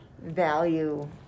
value